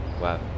Wow